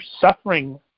suffering